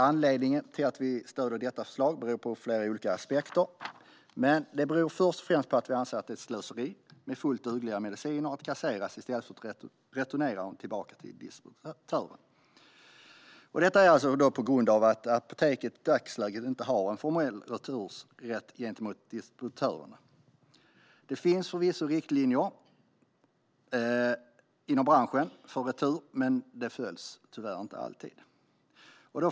Att vi stöder detta förslag beror på flera olika aspekter. Det beror först och främst på att vi anser att det är ett slöseri att fullt dugliga mediciner kasseras i stället för att returneras tillbaka till distributören. Detta sker på grund av att apoteken i dagsläget inte har en formell returrätt gentemot distributören. Det finns förvisso riktlinjer inom branschen för retur, men de följs tyvärr inte alltid.